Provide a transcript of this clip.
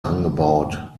angebaut